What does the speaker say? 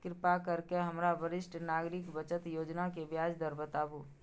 कृपा करके हमरा वरिष्ठ नागरिक बचत योजना के ब्याज दर बताबू